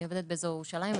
אני עובדת באזור ירושלים.